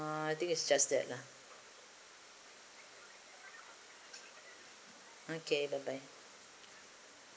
ah I think it's just that lah okay bye bye